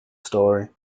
story